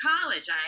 college